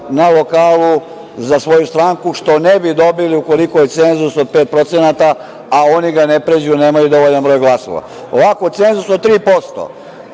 na lokalu za svoju stranku, što ne bi dobili ukoliko je cenzus od 5%, a oni ga ne pređu nemaju dovoljno broj glasova. Ovako, cenzus od 3%,